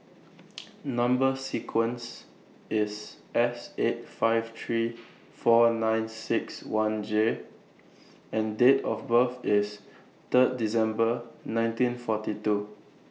Number sequence IS S eight five three four nine six one J and Date of birth IS Third December nineteen forty two